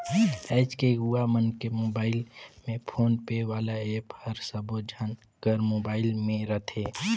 आएज के युवा मन के मुबाइल में फोन पे वाला ऐप हर सबो झन कर मुबाइल में रथे